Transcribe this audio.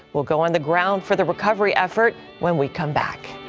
we'll go in the ground for the recovery effort when we come back.